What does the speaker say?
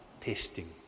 testing